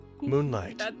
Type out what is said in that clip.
Moonlight